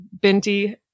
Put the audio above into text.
Binti